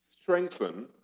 strengthen